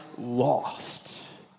lost